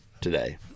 today